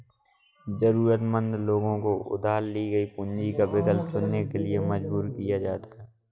जरूरतमंद लोगों को उधार ली गई पूंजी का विकल्प चुनने के लिए मजबूर किया जाता है